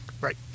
Right